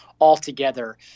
altogether